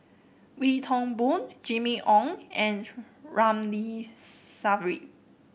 Wee Toon Boon Jimmy Ong and Ramli Sarip